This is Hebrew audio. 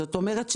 זאת אומרת,